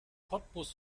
cottbus